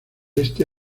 este